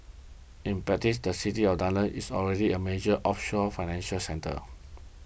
in practice the city of London is already a major offshore financial centre